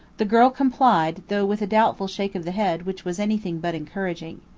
the girl complied, though with a doubtful shake of the head which was anything but encouraging.